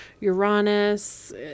Uranus